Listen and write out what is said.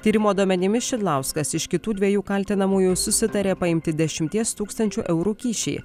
tyrimo duomenimis šidlauskas iš kitų dviejų kaltinamųjų susitarė paimti dešimties tūkstančių eurų kyšį